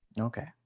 Okay